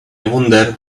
wonder